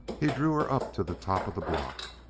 he drew her up to the top of the block.